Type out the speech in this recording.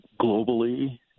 globally